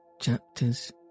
chapters